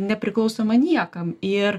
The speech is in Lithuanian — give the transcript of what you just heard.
nepriklausoma niekam ir